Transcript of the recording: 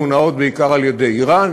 המונעות בעיקר על-ידי איראן,